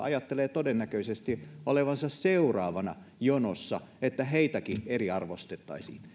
ajattelee todennäköisesti olevansa seuraavana jonossa että heitäkin eriarvostettaisiin